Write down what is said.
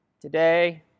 today